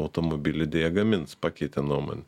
automobilį deja gamins pakeitė nuomonę